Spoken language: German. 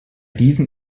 diesen